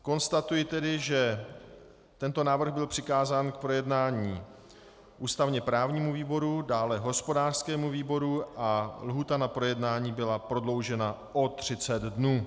Konstatuji tedy, že tento návrh byl přikázán k projednání ústavněprávnímu výboru, dále hospodářskému výboru a lhůta na projednání byla prodloužena o 30 dnů.